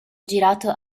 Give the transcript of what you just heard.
girato